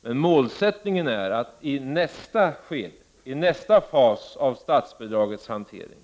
Men målsättningen är att i nästa skede, i nästa fas av statsbidragens hantering,